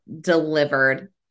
delivered